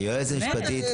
היועצת המשפטית,